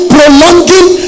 Prolonging